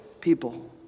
people